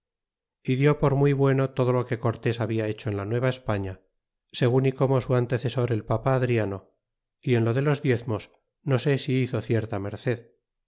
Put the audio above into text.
dió por muy bueno todo lo que cortés habla hecho en la nueva españa segun y como su antecesor el papa adriano y en lo de los diezmos no sé si hizo cierta merced